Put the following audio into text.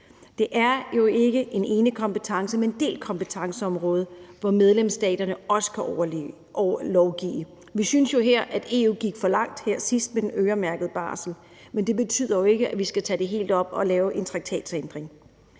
Det er jo ikke en enekompetence, men et delt kompetenceområde, hvor medlemsstaterne også kan lovgive. Vi synes jo her, at EU gik for langt sidst med den øremærkede barsel, men det betyder jo ikke, at vi skal tage det helt op og lave en traktatændring.